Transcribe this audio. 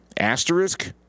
Asterisk